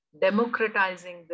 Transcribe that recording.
democratizing